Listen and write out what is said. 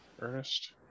Ernest